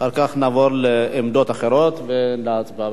אחר כך נעבור לעמדות אחרות ולהצבעה.